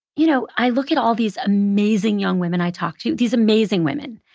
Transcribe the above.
you know, i look at all these amazing young women i talked to, these amazing women.